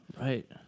Right